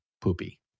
poopy